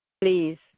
Please